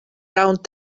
round